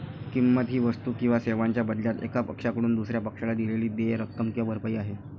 किंमत ही वस्तू किंवा सेवांच्या बदल्यात एका पक्षाकडून दुसर्या पक्षाला दिलेली देय रक्कम किंवा भरपाई आहे